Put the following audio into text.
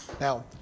Now